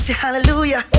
hallelujah